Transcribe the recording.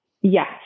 yes